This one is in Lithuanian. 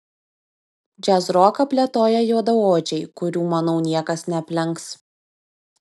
džiazroką plėtoja juodaodžiai kurių manau niekas neaplenks